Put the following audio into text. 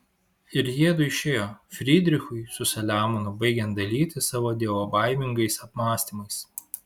ir jiedu išėjo frydrichui su saliamonu baigiant dalytis savo dievobaimingais apmąstymais